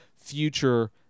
future